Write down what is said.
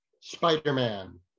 Spider-Man